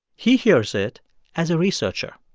he hears it as a researcher.